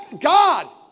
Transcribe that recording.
God